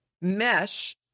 mesh